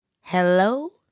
Hello